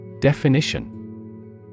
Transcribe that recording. Definition